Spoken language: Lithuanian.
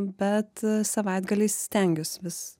bet a savaitgaliais stengiuos vis